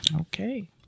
Okay